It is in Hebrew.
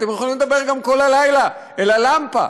אתם יכולים לדבר גם כל הלילה אל הלמפה.